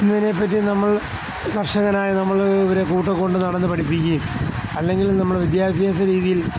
എന്നതിനെപ്പറ്റി നമ്മൾ കർഷകനായ നമ്മൾ ഇവരെ കൂടെ കൊണ്ട് നടന്ന് പഠിപ്പിക്കുകയും അല്ലെങ്കിൽ നമ്മൾ വിദ്യാഭ്യാസ രീതിയിൽ